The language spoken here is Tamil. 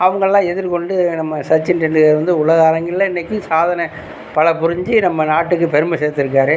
அவங்களாம் எதிர் கொண்டு நம்ம சச்சின் டெண்டுல்கர் வந்து உலக அரங்கில் இன்றைக்கும் சாதனை பல புரிஞ்சு நம்ம நாட்டுக்கு பெருமை சேர்த்துருக்காரு